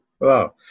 Wow